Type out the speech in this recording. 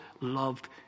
loved